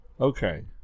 Okay